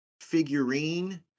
figurine